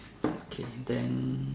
okay then